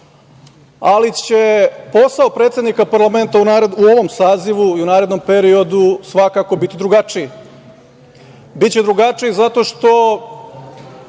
Ali, će posao predsednika Parlamenta u ovom sazivu i u narednom periodu svakako biti drugačiji. Biće drugačiji zato što